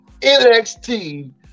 NXT